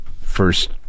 first